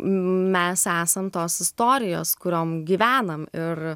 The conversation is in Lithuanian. mes esam tos istorijos kuriom gyvenam ir